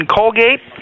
Colgate